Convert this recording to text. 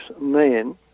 men